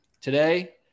today